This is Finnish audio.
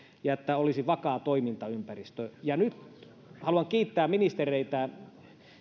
että olisi vakaa toimintaympäristö nyt haluan kiittää ministereitä